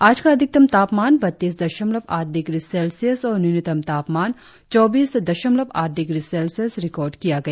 आज का अधिकतम तापमान बत्तीस दशमलव आठ डिग्री सेल्सियस और न्यूनतम तापमान चौबीस दशमलव आठ डिग्री सेल्सियस रिकार्ड किया गया